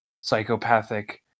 psychopathic